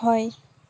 হয়